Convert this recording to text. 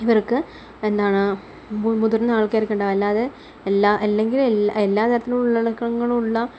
ഇവര്ക്ക് എന്താണ് മുതിര്ന്ന ആള്ക്കാര്ക്കുണ്ടാവുക അല്ലാതെ എല്ലാ അല്ലെങ്കിലെല്ലാ എല്ലാ തരത്തിലുള്ളടക്കങ്ങളുള്ള